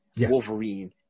Wolverine